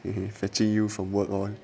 have been fetching you from work